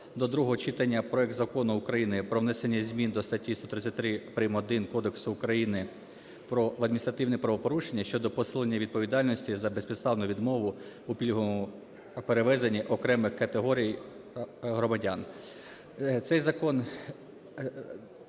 до другого читання проект Закону України про внесення змін до статті 133 прим.1 Кодексу України про адміністративні правопорушення щодо посилення відповідальності за безпідставну відмову у пільговому перевезенні окремих категорій громадян. Цей